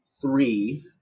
three